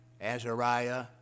Azariah